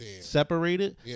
separated